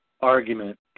argument